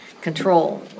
control